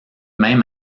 même